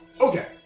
Okay